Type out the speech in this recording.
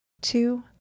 two